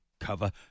cover